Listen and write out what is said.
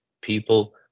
people